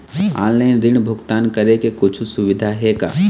Online ऋण भुगतान करे के कुछू सुविधा हे का?